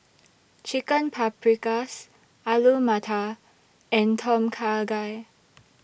Chicken Paprikas Alu Matar and Tom Kha Gai